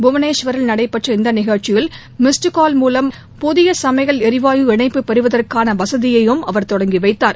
புவனேஷ்வரில் நடைபெற்ற இந்த நிகழ்ச்சியில் மிஸ்டு கால் மூலம் புவனேஷ்வர் நகரில் புதிய சமையல் எரிவாயு இணைப்பு பெறுவதற்கான வசதியையும் அவர் தொடங்கி வைத்தார்